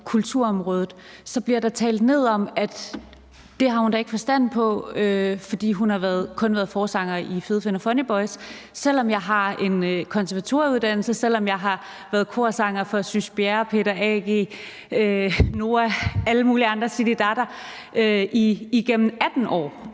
kulturområdet, bliver der talt nedsættende om, at det har jeg da ikke forstand på, fordi jeg kun har været forsanger i Fede Finn og Funny Boyz, selv om jeg har en konservatorieuddannelse, og selv om jeg har været korsanger for Sys Bjerre, Peter A.G., NOAH, Zididada og alle mulige andre igennem 18 år.